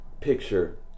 picture